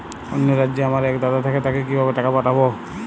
অন্য রাজ্যে আমার এক দাদা থাকে তাকে কিভাবে টাকা পাঠাবো?